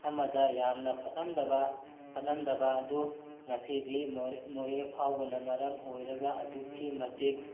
ꯑꯃꯗ ꯌꯥꯝꯅ ꯐꯠꯂꯝꯗꯕ ꯐꯠꯂꯝꯗꯕ ꯑꯗꯨ ꯉꯁꯤꯗꯤ ꯃꯣꯔꯦ ꯐꯥꯎꯕꯅ ꯃꯔꯝ ꯑꯣꯏꯔꯒ ꯑꯗꯨꯛꯀꯤ ꯃꯇꯤꯛ